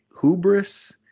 hubris